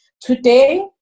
Today